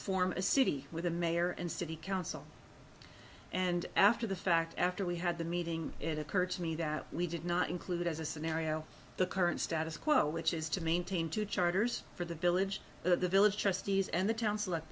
form a city with a mayor and city council and after the fact after we had the meeting it occurred to me that we did not include as a scenario the current status quo which is to maintain two charters for the village the village trustees and the town select